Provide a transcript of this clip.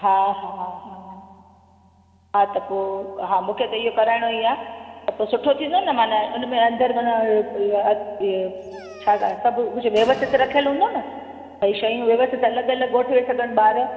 हा हा हा हा त पोइ हा मूंखे त इहो कराइणो ई आहे त पो सुठो थींदो न मन उन में अंदर मन इहे छा ॻा सभु कुझु व्यवस्थित रखियलु हूंदो न भई शयूं व्यवस्थित अलॻि अलॻि ॻोठे सघनि ॿार